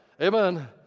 Amen